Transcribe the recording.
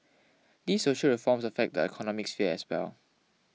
these social reforms affect the economic sphere as well